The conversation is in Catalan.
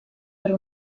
per